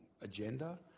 agenda